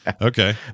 Okay